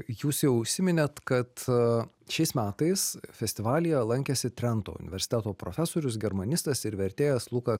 jūs jau užsiminėt kad šiais metais festivalyje lankėsi trento universiteto profesorius germanistas ir vertėjas luka